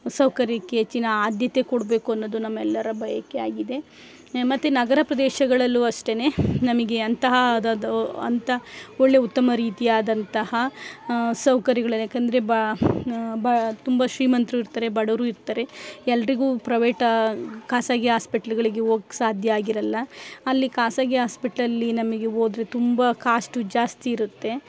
ಸೌಕರ್ಯಕ್ಕೆ ಹೆಚ್ಚಿನ ಆದ್ಯತೆ ಕೊಡಬೇಕು ಅನ್ನೋದು ನಮ್ಮೆಲ್ಲರ ಬಯಕೆ ಆಗಿದೆ ಮತ್ತು ನಗರ ಪ್ರದೇಶಗಳಲ್ಲೂ ಅಷ್ಟೇ ನಮಗೆ ಅಂತಹ ಅದಾದವು ಅಂಥ ಒಳ್ಳೆ ಉತ್ತಮ ರೀತಿಯಾದಂತಹ ಸೌಕರ್ಯಗಳು ಯಾಕಂದರೆ ಬಾ ನ ಬಾ ತುಂಬ ಶ್ರೀಮಂತರು ಇರ್ತಾರೆ ಬಡವರು ಇರ್ತಾರೆ ಎಲ್ರಿಗು ಪ್ರೈವೇಟ್ ಖಾಸಗಿ ಹಾಸ್ಪೆಟ್ಲ್ಗಳಿಗೆ ಹೋಗ್ ಸಾಧ್ಯ ಆಗಿರೊಲ್ಲ ಅಲ್ಲಿ ಖಾಸಗಿ ಹಾಸ್ಪೆಟ್ಲಲ್ಲಿ ನಮಗೆ ಹೋದ್ರೆ ತುಂಬ ಕಾಸ್ಟು ಜಾಸ್ತಿ ಇರುತ್ತೆ